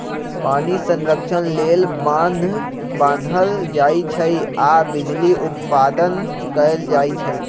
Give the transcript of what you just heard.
पानी संतक्षण लेल बान्ह बान्हल जाइ छइ आऽ बिजली उत्पादन कएल जाइ छइ